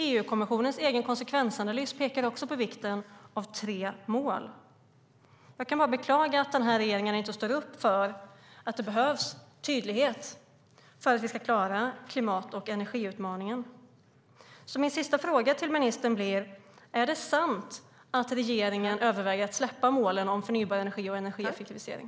EU-kommissionens konsekvensanalys pekar också på vikten av tre mål. Jag kan bara beklaga att regeringen inte står upp för att det behövs tydlighet för att vi ska klara klimat och energiutmaningen. Min sista fråga till ministern blir: Är det sant att regeringen överväger att släppa målen om förnybar energi och energieffektivisering?